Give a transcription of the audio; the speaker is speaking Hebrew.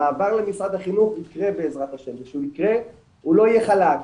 המעבר למשרד החינוך יקרה בע"ה וכשהוא יקרה הוא לא יהיה חלק,